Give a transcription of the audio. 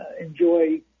enjoy